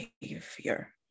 behavior